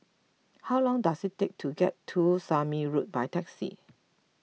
how long does it take to get to Somme Road by taxi